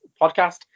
podcast